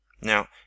now